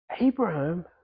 Abraham